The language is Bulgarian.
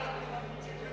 Благодаря